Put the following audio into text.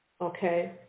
okay